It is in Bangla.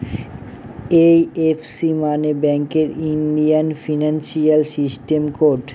এই.এফ.সি মানে ব্যাঙ্কের ইন্ডিয়ান ফিনান্সিয়াল সিস্টেম কোড